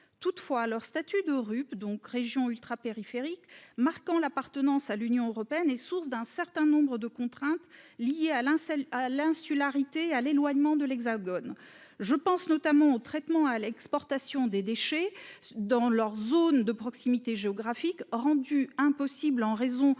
toutefois leur statut de Rup donc régions ultrapériphériques marquant l'appartenance à l'Union européenne et source d'un certain nombre de contraintes liées à Linselles à l'insularité à l'éloignement de l'Hexagone, je pense notamment aux traitements à l'exportation des déchets dans leur zone de proximité géographique rendu impossible en raison